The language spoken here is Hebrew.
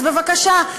אז בבקשה,